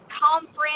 conference